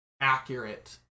accurate